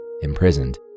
imprisoned